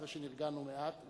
אחרי שנרגענו מעט,